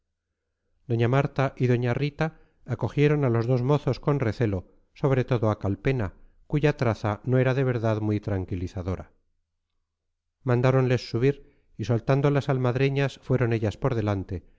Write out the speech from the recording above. doña marta y doña rita acogieron a los dos mozos con recelo sobre todo a calpena cuya traza no era en verdad muy tranquilizadora mandáronles subir y soltando las almadreñas fueron ellas por delante